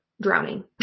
drowning